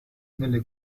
nelle